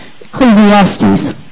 Ecclesiastes